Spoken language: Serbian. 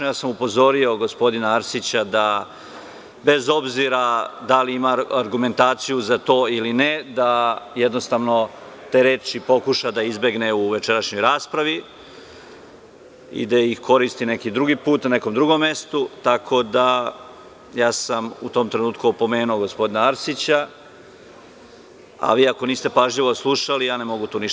Ja sam upozorio gospodina Arsića da, bez obzira da li ima argumentaciju za to ili ne, jednostavno te reči pokuša da izbegne u večerašnjoj raspravi i da ih koristi neki drugi put, na nekom drugom mestu, tako da sam u tom trenutku opomenuo gospodina Arsića, a vi ako niste pažljivo slušali, ja tu ne mogu ništa.